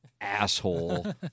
asshole